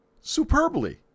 superbly